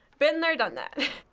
been there done that.